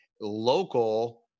local